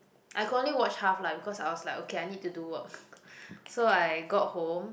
I could only watch half lah because I was like okay I need to do work so I got home